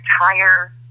entire